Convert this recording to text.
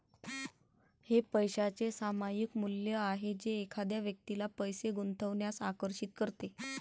हे पैशाचे सामायिक मूल्य आहे जे एखाद्या व्यक्तीला पैसे गुंतवण्यास आकर्षित करते